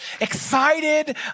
Excited